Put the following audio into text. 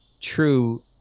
true